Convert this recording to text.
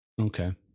Okay